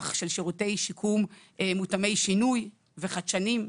של שירותי שיקום מותאמי שינוי וחדשניים.